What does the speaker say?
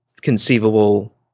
conceivable